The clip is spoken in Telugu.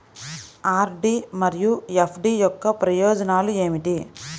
ఆర్.డీ మరియు ఎఫ్.డీ యొక్క ప్రయోజనాలు ఏమిటి?